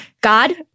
God